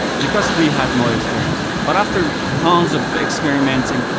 because we had no experience. but after tons of experimenting,